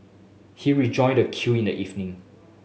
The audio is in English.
he rejoined the queue in the evening